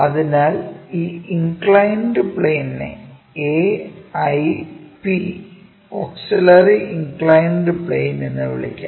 അതിനാൽ ഈ ഇൻക്ലൈൻഡ് പ്ലെയിനിനെ AIP ഓക്സിലറി ഇൻക്ലൈൻഡ് പ്ലെയിൻ എന്ന് വിളിക്കാം